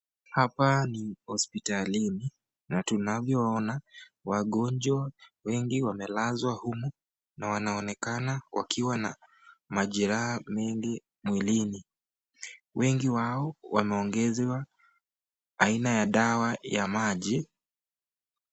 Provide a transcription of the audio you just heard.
Hapa ni hospitalini na tunavyoona wagonjwa wengi wamelazwa humu na wanaonekana wakiwa na majeraha mengi mwilini wengi wao wameongezewa aina ya dawa ya maji.